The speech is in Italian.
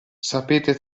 sapete